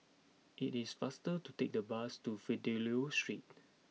it is faster to take the bus to Fidelio Street